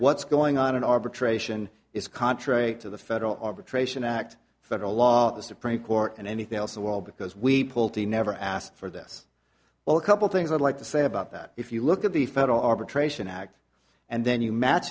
what's going on in arbitration is contrary to the federal arbitration act federal law the supreme court and anything else the wall because we pulled the never asked for this well a couple things i'd like to say about that if you look at the federal arbitration act and then you match